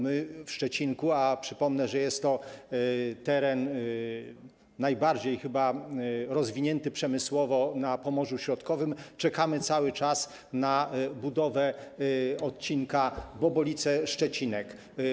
My w Szczecinku, a przypomnę, że jest to teren chyba najbardziej rozwinięty przemysłowo na Pomorzu Środkowym, czekamy cały czas na budowę odcinka Bobolice - Szczecinek.